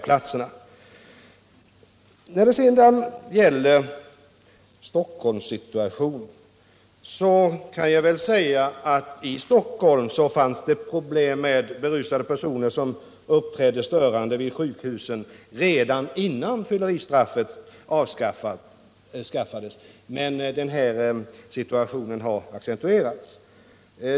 Beträffande situationen i Stockholm kan jag säga att det fanns problem med berusade personer som uppträdde störande vid sjukhusen redan innan fylleristraffet avskaffades, men den situationen har förvärrats.